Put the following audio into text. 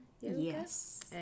yes